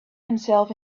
himself